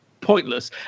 pointless